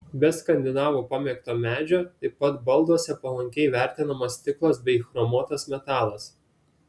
be skandinavų pamėgto medžio taip pat balduose palankiai vertinamas stiklas bei chromuotas metalas